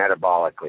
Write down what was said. metabolically